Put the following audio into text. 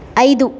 ಐದು